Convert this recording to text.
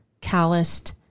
calloused